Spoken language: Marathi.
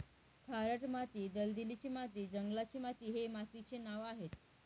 खारट माती, दलदलीची माती, जंगलाची माती हे मातीचे नावं आहेत